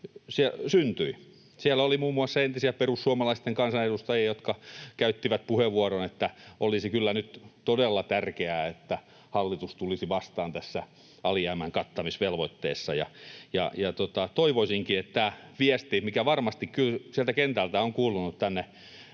Siellä oli muun muassa entisiä perussuomalaisten kansanedustajia, jotka käyttivät puheenvuoron, että olisi kyllä nyt todella tärkeää, että hallitus tulisi vastaan tässä alijäämän kattamisvelvoitteessa. Toivoisinkin, että tämä viesti — mikä varmasti sieltä kentältä hyvinvointialueiden